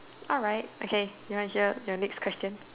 alright okay you want hear your next question